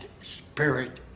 spirit